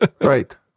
Right